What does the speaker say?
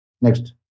Next